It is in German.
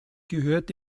gehört